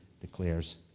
declares